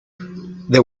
there